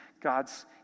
God's